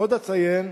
עוד אציין,